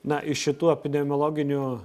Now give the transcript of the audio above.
na iš šitų epidemiologinių